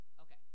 Okay